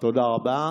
תודה רבה.